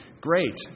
great